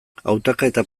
hautaketa